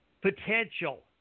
potential